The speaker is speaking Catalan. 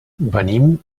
venim